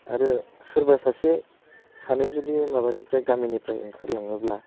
आरो सोरबा सासे सानै जुदि माबानिफ्राय गामिनिफ्राय ओंखारलाङोब्ला